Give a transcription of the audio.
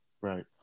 Right